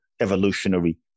evolutionary